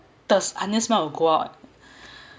the onions smell would go out